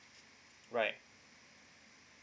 right